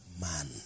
man